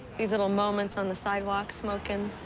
these little moments on the sidewalk, smoking,